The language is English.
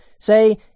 Say